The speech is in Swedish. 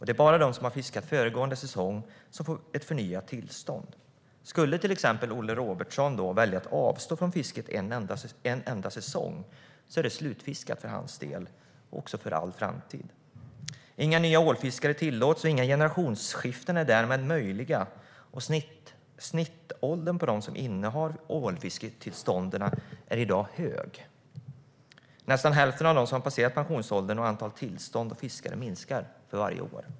Det är bara de som har fiskat föregående säsong som får förnyat tillstånd. Skulle till exempel Olle Robertsson välja att avstå från fisket en enda säsong är det slutfiskat för hans del för all framtid. Inga nya ålfiskare tillåts och inga generationsskiften är därmed möjliga. Snittåldern på dem som innehar ålfisketillstånden är i dag hög. Nästan hälften av dem har passerat pensionsåldern, och antalet tillstånd och fiskare minskar för varje år.